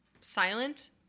silent